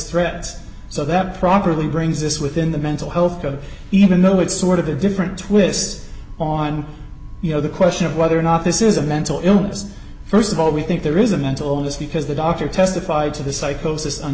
threats so that properly brings this within the mental health code even though it's sort of a different twist on you know the question of whether or not this is a mental illness st of all we think there is a mental illness because the doctor testified to the psychosis